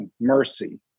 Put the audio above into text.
mercy